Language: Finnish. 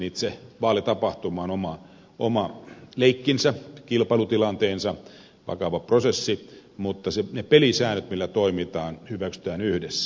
itse vaalitapahtuma on sitten oma leikkinsä kilpailutilanteensa vakava prosessi mutta ne pelisäännöt millä toimitaan hyväksytään yhdessä